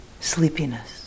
sleepiness